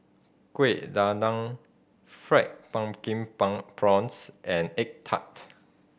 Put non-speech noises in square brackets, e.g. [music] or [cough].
Kueh Dadar fried pumpkin [unintelligible] prawns and egg tart